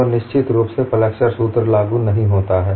तो निश्चित रूप से फ्लेक्सचर सूत्र लागू नहीं होता है